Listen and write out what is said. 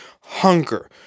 hunger